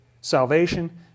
salvation